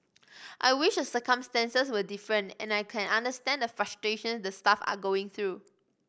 I wish the circumstances were different and I can understand the frustration the staff are going through